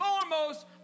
foremost